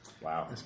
Wow